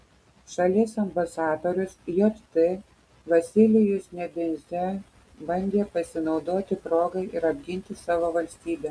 šalies ambasadorius jt vasilijus nebenzia bandė pasinaudoti proga ir apginti savo valstybę